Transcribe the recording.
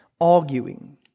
arguing